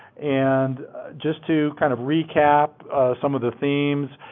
and just to kind of recap some of the themes,